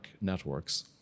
networks